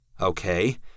Okay